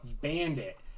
Bandit